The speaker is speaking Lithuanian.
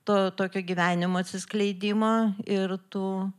to tokio gyvenimo atsiskleidimo ir tų